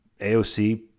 AOC